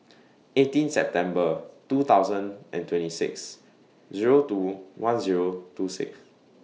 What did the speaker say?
eighteen September two thousand and twenty six Zero two one Zero two six